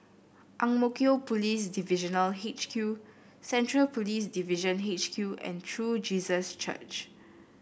Ang Mo Kio Police Divisional H Q Central Police Division H Q and True Jesus Church